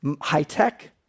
High-tech